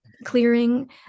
clearing